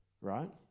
right